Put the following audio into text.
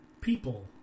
people